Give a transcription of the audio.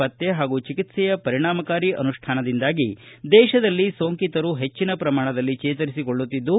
ಪತ್ತೆ ಹಾಗೂ ಚಿಕಿತ್ಸೆಯ ಪರಿಣಾಮಕಾರಿ ಅನುಷ್ನಾನದಿಂದಾಗಿ ದೇಶದಲ್ಲಿ ಸೋಂಕಿತರು ಹೆಚ್ಚಿನ ಪ್ರಮಾಣದಲ್ಲಿ ಚೇತರಿಸಿಕೊಳ್ಳುತ್ತಿದ್ದು